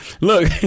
Look